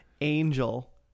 Angel